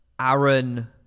Aaron